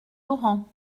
laurent